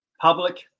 public